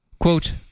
Quote